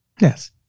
Yes